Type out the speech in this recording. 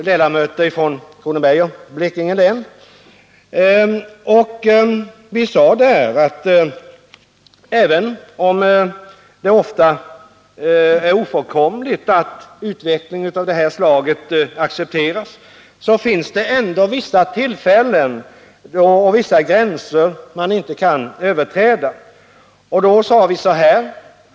ledamöter från Kronobergs och Blekinge län. väckt motion 1415. Vi sade där att det, även om utveckling av det här slaget är ofrankomlig och maste accepteras. ändå finns vissa gränser man inte kan överträda. Vi anförde.